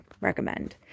recommend